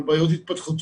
על בעיות התפתחויות,